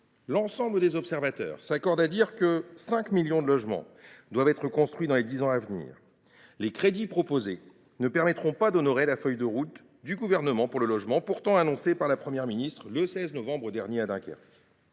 L’ensemble des observateurs s’accordent à dire que 5 millions de logements doivent être construits dans les dix ans à venir. Les crédits proposés ne permettront pas d’honorer la feuille de route du Gouvernement pour le logement annoncée par la Première ministre le 16 novembre dernier à Dunkerque.